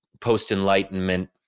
post-enlightenment